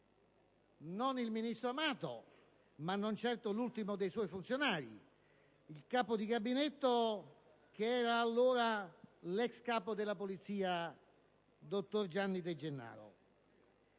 (non del ministro Amato, ma non certo dell'ultimo dei suoi funzionari: del capo di gabinetto, che era allora l'ex capo della Polizia, dottor Gianni De Gennaro).